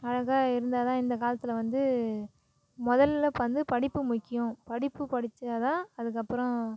அழகாக இருந்தால் தான் இந்த காலத்தில் வந்து முதல்ல வந்து படிப்பு முக்கியம் படிப்பு படிச்சால் தான் அதுக்கப்புறம்